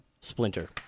Splinter